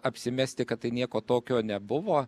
apsimesti kad tai nieko tokio nebuvo